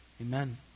amen